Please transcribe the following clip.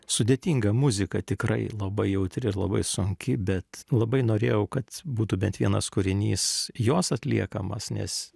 sudėtinga muzika tikrai labai jautri ir labai sunki bet labai norėjau kad būtų bent vienas kūrinys jos atliekamas nes